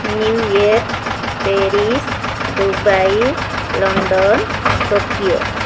New York Paris Dubai London Tokyo